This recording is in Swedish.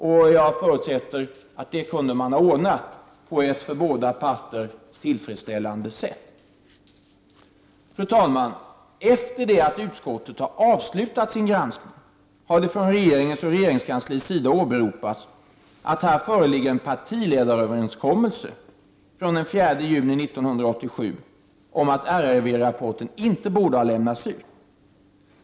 Och jag förutsätter att detta skulle ha kunnat ordnas på ett för båda parter tillfredsställande sätt. Fru talman! Efter det att utskottet hade avslutat sin granskning har det från regeringens och regeringskansliets sida åberopats att det föreligger en partiledaröverenskommelse från den 4 juni 1987 om att RRV-rapporten inte borde ha lämnats ut.